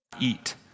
eat